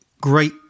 great